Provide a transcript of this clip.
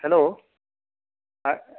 hello